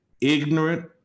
ignorant